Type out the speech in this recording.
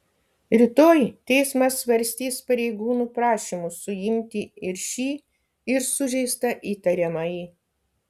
rytoj teismas svarstys pareigūnų prašymus suimti ir šį ir sužeistą įtariamąjį